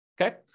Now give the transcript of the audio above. Okay